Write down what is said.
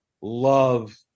love